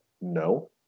no